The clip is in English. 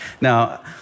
Now